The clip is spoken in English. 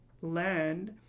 land